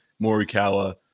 Morikawa